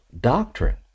doctrine